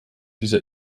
dieser